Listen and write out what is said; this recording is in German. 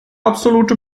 absolute